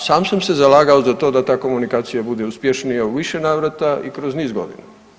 A sam sam se zalagao za to da ta komunikacija bude uspješnija u više navrata i kroz niz godina.